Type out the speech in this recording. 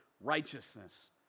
righteousness